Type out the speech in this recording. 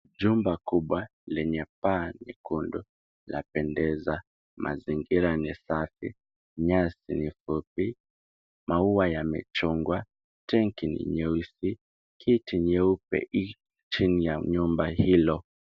Jumba kubwa lenye paa nyekundu lapendeza. Mazingira ni safi, nyasi ni fupi, maua yamechongwa, tanki ni nyeusi. Kiti nyeupe i chini ya nyumba hilo.